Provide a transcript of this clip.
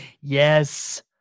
yes